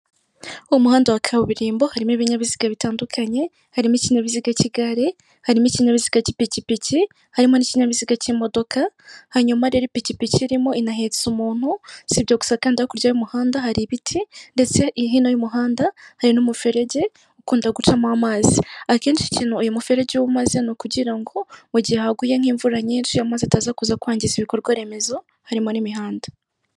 Umuhanda wa kaburimbo harimo ibinyabiziga bitandukanye, harimo ikinyabiziga ikigare, hari imikino ikinyabiziga cy'ipikipiki harimo n'ikinyabiziga cy'imodoka, hanyuma rero ipikipiki irimo inahetse umuntu, si ibyo gusa kandi hakurya y'umuhanda hari ibiti, ndetse iyi hino y'umuhanda hari n'umuferege ukunda gucamo amazi. Akenshi ikintu uyu muferege uba umaze ni ukugira ngo mu gihe haguye nk'imvura nyinshi yamaze ataza kuza kwangiza ibikorwa remezo, harimo n'imihanda.